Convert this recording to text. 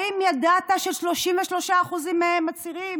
האם ידעת ש-33% מהם מצהירים